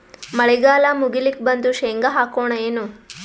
ಮಳಿಗಾಲ ಮುಗಿಲಿಕ್ ಬಂತು, ಶೇಂಗಾ ಹಾಕೋಣ ಏನು?